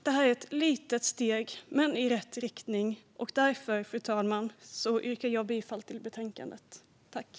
Det här är ett litet steg, men i rätt riktning. Därför, fru talman, yrkar jag bifall till förslaget i betänkandet.